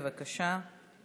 בבקשה.